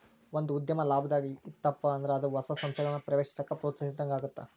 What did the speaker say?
ಒಂದ ಉದ್ಯಮ ಲಾಭದಾಗ್ ಇತ್ತಪ ಅಂದ್ರ ಅದ ಹೊಸ ಸಂಸ್ಥೆಗಳನ್ನ ಪ್ರವೇಶಿಸಾಕ ಪ್ರೋತ್ಸಾಹಿಸಿದಂಗಾಗತ್ತ